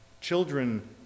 Children